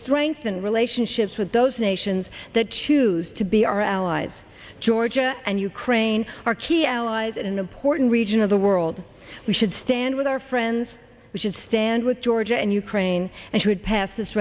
strengthen relationships with those nations that choose to be our allies georgia and ukraine are key allies and important region of the world we should stand with our friends we should stand with georgia and ukraine and who had passed this